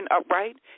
upright